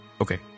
Okay